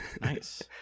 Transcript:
nice